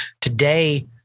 today